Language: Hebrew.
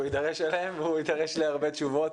יידרש אליהם והוא יידרש להרבה תשובות,